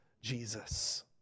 Jesus